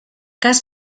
cas